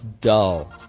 dull